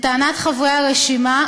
לטענת חברי הרשימה,